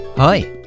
Hi